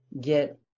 get